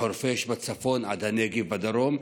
מחורפיש בצפון עד הנגב בדרום.